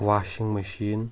washing machine